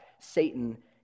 Satan